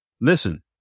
Listen